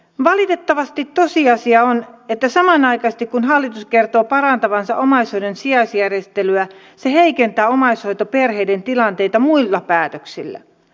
valitettavasti tosiasia on että samanaikaisesti kun hallitus kertoo parantavansa omaishoidon sijaisjärjestelyä se heikentää omaishoitoperheiden tilanteita muilla päätöksillä